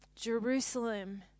Jerusalem